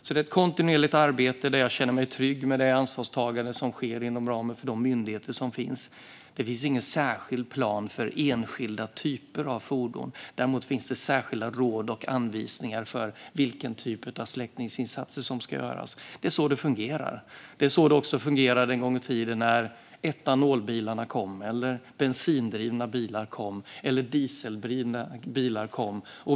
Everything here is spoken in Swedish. Det pågår ett kontinuerligt arbete, och jag känner mig trygg med det ansvarstagande som sker inom ramen för de myndigheter som finns. Det finns ingen särskild plan för enskilda typer av fordon. Däremot finns det särskilda råd och anvisningar för vilken typ av släckningsinsatser som ska göras. Det är så det fungerar. Det var också så det fungerade en gång i tiden när etanolbilar kom, när bensindrivna bilar kom och när dieseldrivna bilar kom.